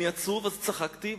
אני עצוב אז צחקתי,